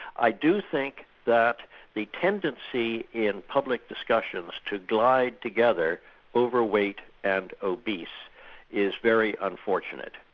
i do think that the tendency in public discussions to glide together overweight and obese is very unfortunate.